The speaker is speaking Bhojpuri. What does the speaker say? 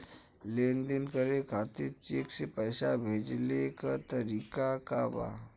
लेन देन करे खातिर चेंक से पैसा भेजेले क तरीकाका बा?